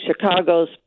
Chicago's